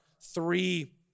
three